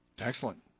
Excellent